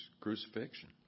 crucifixion